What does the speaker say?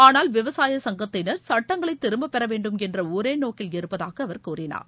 ஆனால் விவசாய சங்கத்தினர் சட்டங்களை திரும்பப் பெறவேண்டும் என்ற ஒரே நோக்கத்தில் இருப்பதாக அவர் கூறினார்